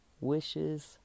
wishes